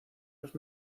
los